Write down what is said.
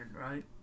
right